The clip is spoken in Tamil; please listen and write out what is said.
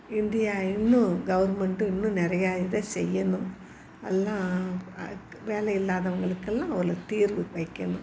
இந்தியா இன்னும் கவர்மெண்ட் இன்னும் நிறையா இதை செய்யணும் எல்லாம் வேலை இல்லாதவங்களுக்கெல்லாம் ஒரு தீர்வு வைக்கணும்